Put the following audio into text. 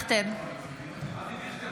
שלום דנינו, אינו נוכח אריה מכלוף